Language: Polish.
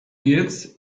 biec